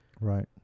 Right